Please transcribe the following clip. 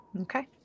Okay